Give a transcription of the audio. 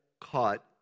caught